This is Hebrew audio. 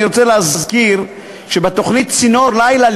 אני רוצה להזכיר שבתוכנית "צינור לילה",